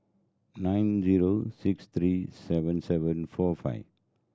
nine zero six three seven seven four five